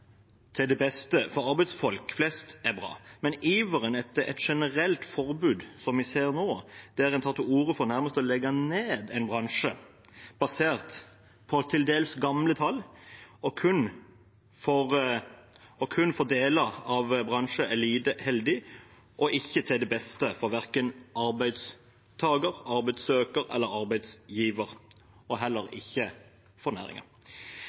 til det beste for arbeidsfolk flest er bra, men iveren etter et generelt forbud, som vi ser nå, der en tar til orde for nærmest å legge ned en bransje basert på til dels gamle tall, og kun for deler av bransjen, er lite heldig og ikke til det beste for verken arbeidstaker, arbeidssøker eller arbeidsgiver, og heller ikke for